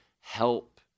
help